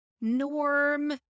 norm